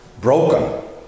broken